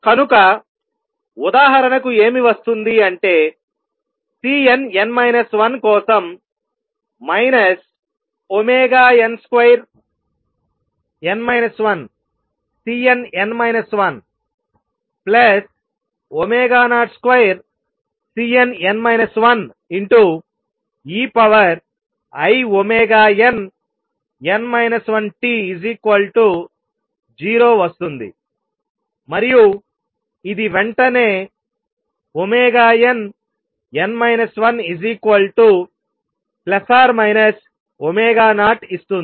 కనుక ఉదాహరణకు ఏమి వస్తుంది అంటే Cnn 1కోసం nn 12Cnn 102Cnn 1einn 1t0 వస్తుంది మరియు ఇది వెంటనే nn 1±0 ఇస్తుంది